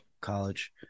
college